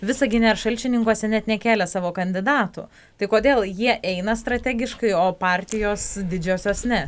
visagine šalčininkuose net nekėlė savo kandidatų tai kodėl jie eina strategiškai o partijos didžiosios ne